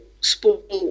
sport